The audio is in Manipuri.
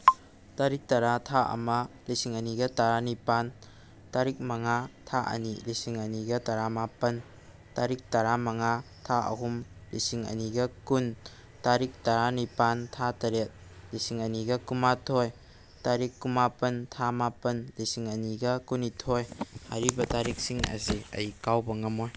ꯇꯥꯔꯤꯛ ꯇꯔꯥ ꯊꯥ ꯑꯃ ꯂꯤꯁꯤꯡ ꯑꯅꯤꯒ ꯇꯔꯥꯅꯤꯄꯥꯟ ꯇꯥꯔꯤꯛ ꯃꯉꯥ ꯊꯥ ꯑꯅꯤ ꯂꯤꯁꯤꯡ ꯑꯅꯤꯒ ꯇꯔꯥꯃꯥꯄꯟ ꯇꯥꯔꯤꯛ ꯇꯔꯥ ꯃꯉꯥ ꯊꯥ ꯑꯍꯨꯝ ꯂꯤꯁꯤꯡ ꯑꯅꯤꯒ ꯀꯨꯟ ꯇꯥꯔꯤꯛ ꯇꯔꯥꯅꯤꯄꯥꯟ ꯊꯥ ꯇꯔꯦꯠ ꯂꯤꯁꯤꯡ ꯑꯅꯤꯒ ꯀꯨꯟꯃꯥꯊꯣꯏ ꯇꯥꯔꯤꯛ ꯀꯨꯟꯃꯥꯄꯟ ꯊꯥ ꯃꯥꯄꯟ ꯂꯤꯁꯤꯡ ꯑꯅꯤꯒ ꯀꯨꯟꯅꯤꯊꯣꯏ ꯍꯥꯏꯔꯤꯕ ꯇꯥꯔꯤꯛꯁꯤꯡ ꯑꯁꯤ ꯑꯩ ꯀꯥꯎꯕ ꯉꯝꯃꯣꯏ